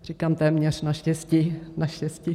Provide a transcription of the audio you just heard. Říkám téměř, naštěstí, naštěstí.